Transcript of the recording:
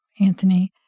Anthony